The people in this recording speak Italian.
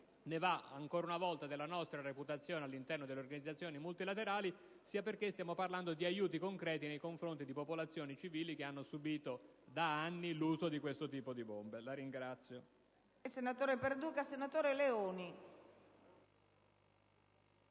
ne va ancora una volta della nostra reputazione all'interno delle organizzazioni multilaterali, sia perché si sta parlando di aiuti concreti nei confronti di popolazioni civili che hanno subito da anni l'uso di queste bombe. *(Applausi